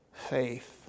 faith